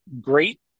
great